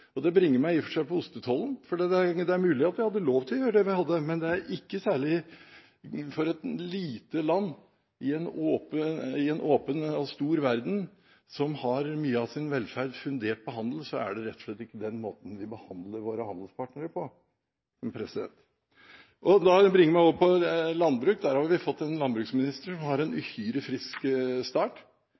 framover. Det bringer meg i og for seg inn på ostetollen – for det er mulig at vi hadde lov til å gjøre det vi gjorde. Men for et lite land i en åpen og stor verden, som har mye av sin velferd fundert på handel, er det rett og slett ikke den måten vi behandler våre handelspartnere på. Det bringer meg over på landbruk. Vi har en landbruksminister som har fått en uhyre frisk start.